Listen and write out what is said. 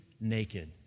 naked